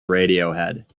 radiohead